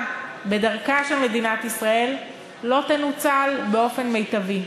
בדרכה של מדינת ישראל לא תנוצל באופן מיטבי.